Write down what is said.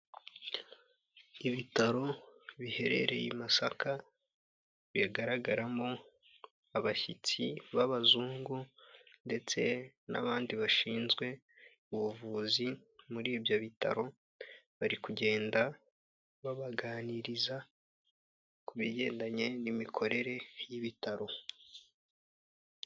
Ibitaro biherereye i Masaka bigaragaramo abashyitsi b'abazungu ndetse n'abandi bashinzwe ubuvuzi muri ibyo bitaro bari kugenda babaganiriza ku bigendanye n'imikorere y'ibitaro.